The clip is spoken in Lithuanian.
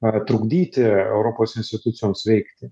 ar trukdyti europos institucijoms veikti